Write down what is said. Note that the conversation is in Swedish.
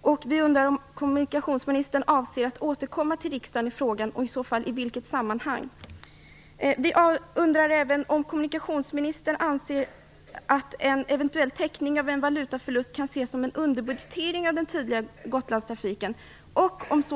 Avser kommunikationsministern att återkomma till riksdagen i frågan, och i så fall i vilket sammanhang? Anser kommunikationsministern att en eventuell täckning av en valutaförlust kan ses som en underbudgetering av den tidigare Gotlandstrafiken?